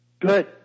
Good